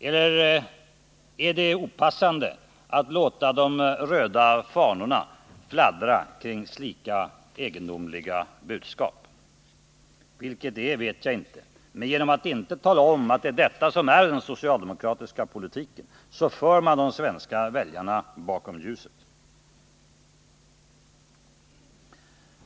Eller är det opassande att låta de röda fanorna fladdra kring slika budskap? Vilket det är vet jag inte, men genom att inte tala om att det är detta som är den socialdemokratiska politiken för man de svenska väljarna bakom ljuset.